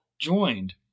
joined